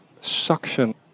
suction